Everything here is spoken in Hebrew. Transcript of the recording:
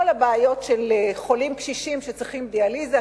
לא לבעיות של חולים קשישים שצריכים דיאליזה,